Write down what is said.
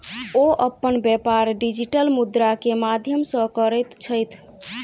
ओ अपन व्यापार डिजिटल मुद्रा के माध्यम सॅ करैत छथि